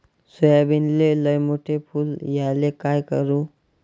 सोयाबीनले लयमोठे फुल यायले काय करू?